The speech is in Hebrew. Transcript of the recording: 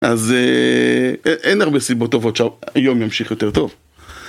אז אין הרבה סיבות טובות שהיום ימשיך יותר טוב.